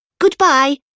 Goodbye